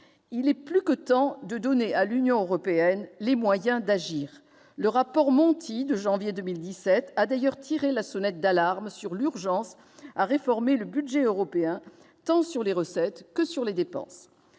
Il est plus que temps de donner à l'Union européenne les moyens d'agir. Le rapport Monti de janvier 2017 a ainsi tiré la sonnette d'alarme sur l'urgence de réformer le budget européen, tant sur les recettes que sur les dépenses.